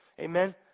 amen